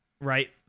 right